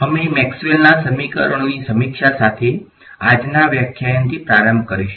અમે મેક્સવેલના સમીકરણોની સમીક્ષા સાથે આજના વ્યાખ્યાનથી પ્રારંભ કરીશું